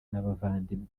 n’abavandimwe